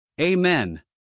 Amen